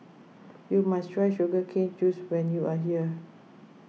you must try Sugar Cane Juice when you are here